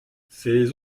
ses